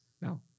Now